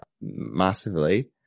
massively